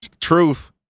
truth